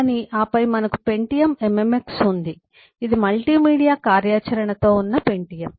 కానీ ఆపై మనకు పెంటియమ్ MMX ఉంది ఇది మల్టీమీడియా కార్యాచరణతో ఉన్న పెంటియమ్